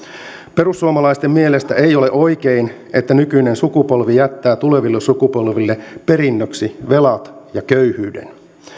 perussuomalaisten mielestä ei ole oikein että nykyinen sukupolvi jättää tuleville sukupolville perinnöksi velat ja köyhyyden